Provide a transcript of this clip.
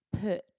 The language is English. put